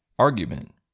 argument